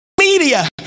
media